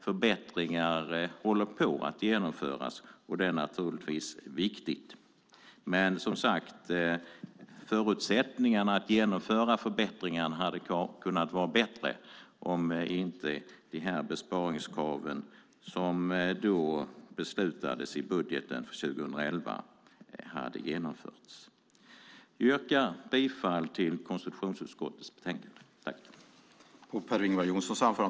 Förbättringar håller också på att genomföras, och det är naturligtvis viktigt. Men förutsättningarna för att genomföra förbättringar hade, som sagt, kunnat vara bättre om inte de besparingskrav som beslutades i budgeten för 2011 hade behövt genomföras. Jag yrkar på godkännande av konstitutionsutskottets anmälan.